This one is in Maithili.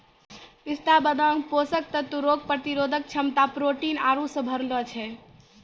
पिस्ता बादाम पोषक तत्व रोग प्रतिरोधक क्षमता प्रोटीन आरु से भरलो छै